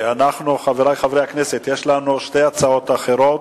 אנחנו, חברי חברי הכנסת, יש לנו שתי הצעות אחרות.